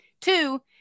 Two